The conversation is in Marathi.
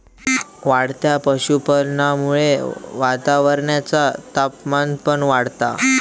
वाढत्या पशुपालनामुळा वातावरणाचा तापमान पण वाढता